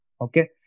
Okay